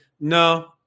No